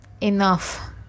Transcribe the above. enough